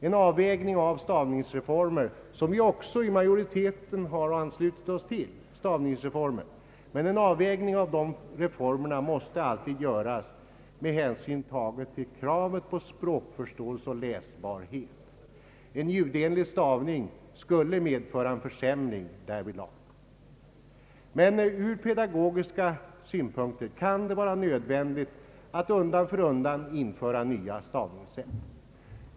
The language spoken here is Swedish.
En avvägning av stavningsreformer — som också vi i utskottsmajoriteten har anslutit oss till — måste alltid göras med hänsyn tagen till kravet på språkförståelse och läsbarhet. En ljudenlig stavning skulle medföra en försämring därvidlag. Från pedagogiska synpunkter kan det emellertid vara nödvändigt att undan för undan införa nya stavningssätt.